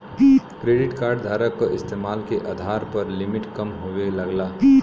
credit card धारक क इस्तेमाल के आधार पर लिमिट कम होये लगला